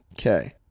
Okay